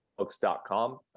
Books.com